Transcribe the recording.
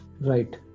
Right